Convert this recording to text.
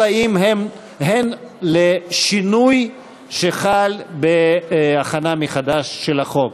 אלא אם הן לשינוי שחל בהכנה מחדש של החוק.